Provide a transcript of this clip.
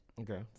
Okay